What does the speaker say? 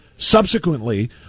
Subsequently